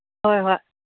ꯍꯣꯏ ꯍꯣꯏ